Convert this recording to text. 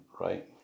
right